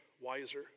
wiser